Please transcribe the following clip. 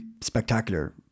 spectacular